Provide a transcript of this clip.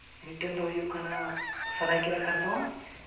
ᱢᱤᱫᱴᱟᱹᱝ ᱫᱚ ᱦᱩᱭᱩᱜ ᱠᱟᱱᱣᱟ ᱥᱟᱹᱨᱟᱭᱠᱮᱞᱞᱟ ᱠᱷᱟᱨᱥᱚᱣᱟ